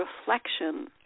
reflection